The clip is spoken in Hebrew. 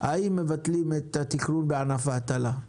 האם מבטלים את התכנון בענף ההטלה?